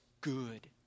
good